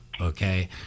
okay